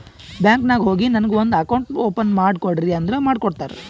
bank ನಾಗ್ ಹೋಗಿ ನನಗ ಒಂದ್ ಅಕೌಂಟ್ ಓಪನ್ ಮಾಡಿ ಕೊಡ್ರಿ ಅಂದುರ್ ಮಾಡ್ಕೊಡ್ತಾರ್